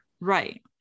right